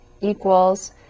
equals